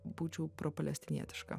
būčiau propalestinietiška